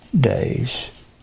days